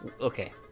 okay